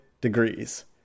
degrees